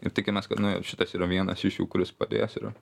ir tikimės kad nu šitas yra vienas iš jų kuris padės ir